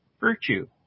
virtue